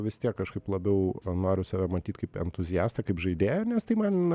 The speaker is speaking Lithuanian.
vis tiek kažkaip labiau noriu save matyt kaip entuziastą kaip žaidėją nes tai man